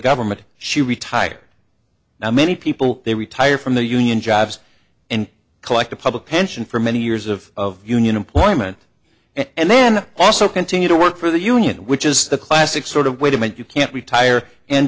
government she retired now many people they retire from the union jobs and collect a public pension for many years of of union employment and then also continue to work for the union which is the classic sort of way to make you can't retire and